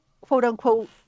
quote-unquote